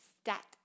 Stat